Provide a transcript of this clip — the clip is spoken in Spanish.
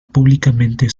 públicamente